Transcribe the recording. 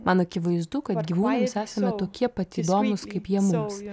man akivaizdu kad gyvūnams esame tokie pat įdomūs kaip jie mums